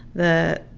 the